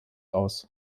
aus